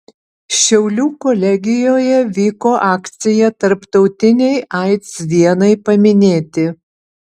šiaulių kolegijoje vyko akcija tarptautinei aids dienai paminėti